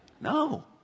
No